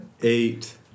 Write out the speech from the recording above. eight